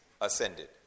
ascended